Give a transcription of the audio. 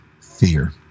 fear